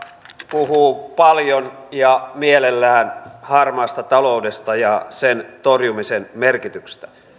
puhuu paljon ja mielellään harmaasta taloudesta ja sen torjumisen merkityksestä